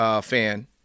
fan